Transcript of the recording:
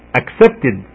accepted